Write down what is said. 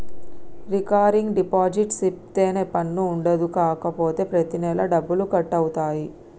recurring deposit సేపిత్తే పన్ను ఉండదు కాపోతే ప్రతి నెలా డబ్బులు కట్ అవుతాయి